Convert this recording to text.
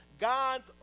God's